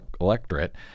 electorate